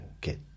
get